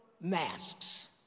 masks